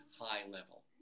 high-level